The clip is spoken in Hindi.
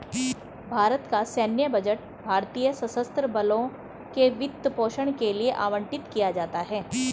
भारत का सैन्य बजट भारतीय सशस्त्र बलों के वित्त पोषण के लिए आवंटित किया जाता है